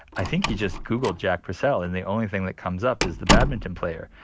i think he just googled jack purcell and the only thing that comes up is the badminton player.